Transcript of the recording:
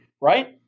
right